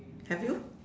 have you